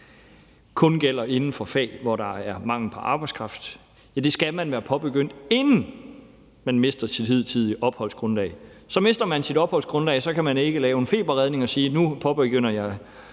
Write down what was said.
kun gælder inden for fag, hvor der er mangel på arbejdskraft. Men det skal man være påbegyndt, inden man mister sit hidtidige opholdsgrundlag. Så mister man sit opholdsgrundlag, kan man ikke lave en feberredning og sige, at nu påbegynder man